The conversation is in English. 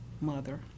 mother